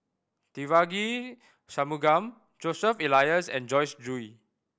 Devagi Sanmugam Joseph Elias and Joyce Jue